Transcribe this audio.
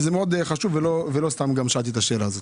זה מאוד חשוב, ולא סתם שאלתי את השאלה הזו.